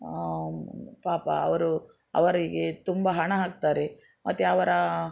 ಪಾಪ ಅವರು ಅವರಿಗೆ ತುಂಬ ಹಣ ಹಾಕ್ತಾರೆ ಮತ್ತು ಅವರ